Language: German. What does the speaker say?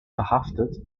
verhaftet